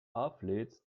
auflädst